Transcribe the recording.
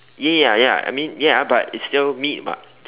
ya ya ya ya I mean ya I but it's still meat [what]